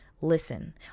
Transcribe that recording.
Listen